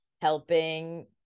helping